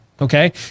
okay